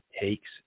takes